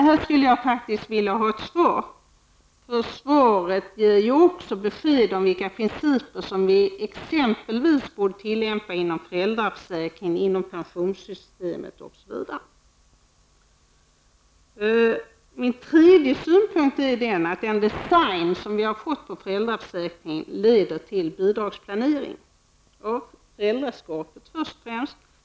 Jag skulle faktiskt vilja ha ett svar -- ett svar som också ger besked om vilka principer som exempelvis borde tillämpas inom föräldraförsäkringen, pensionssystemet osv. Min tredje synpunkt är att den design som vi har fått på föräldraförsäkringen leder till en bidragsplanering av föräldraskapet.